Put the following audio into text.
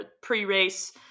pre-race